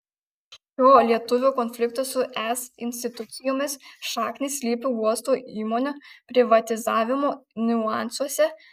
šio lietuvių konflikto su es institucijomis šaknys slypi uosto įmonių privatizavimo niuansuose